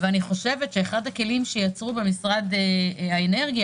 ואני חושבת שאחד הכלים שיצרו במשרד האנרגיה,